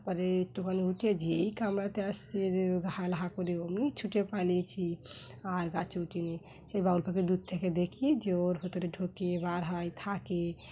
তারপরে একটুখানি উঠে যেই কামড়াতে আসছে হা করে ওমনি ছুটে পালিয়েছি আর গাছে উঠিনি সেই বাবুল পাখির দূর থেকে দেখেছি ওর ঢোকে বার হয় থাকে